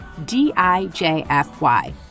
DIJFY